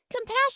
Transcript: compassion